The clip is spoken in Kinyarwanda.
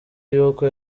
y’uko